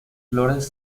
flores